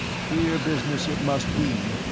queer business it must be,